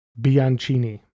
Biancini